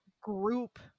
group